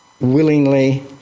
willingly